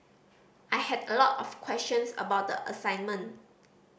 I had a lot of questions about the assignment